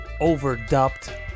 Overdubbed